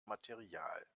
material